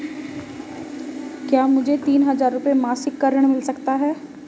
क्या मुझे तीन हज़ार रूपये मासिक का ऋण मिल सकता है?